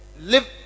live